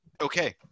Okay